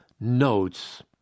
notes